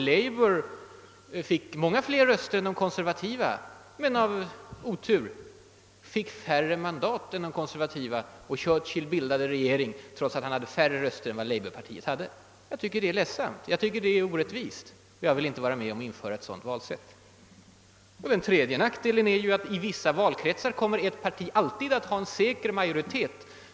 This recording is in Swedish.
Labour fick fler röster än de konservativa men färre mandat. Churchill bildade regering trots att han hade färre röster än labourpartiet. Jag tycker sådant är ledsamt och orättvist, och jag vill inte vara med om att införa ett sådant valsätt. Den tredje nackdelen är att i vissa valkretsar kommer ett parti alltid att ha en säker majoritet.